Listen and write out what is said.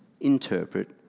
interpret